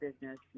business